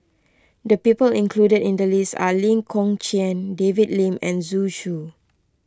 the people included in the list are Lee Kong Chian David Lim and Zhu Xu